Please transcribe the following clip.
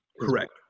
correct